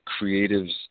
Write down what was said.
creatives